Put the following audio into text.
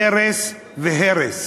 והרס והרס.